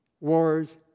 wars